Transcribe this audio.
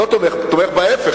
תומך בהיפך,